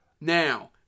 Now